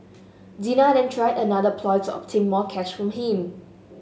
Dina then tried another ploy to obtain more cash from him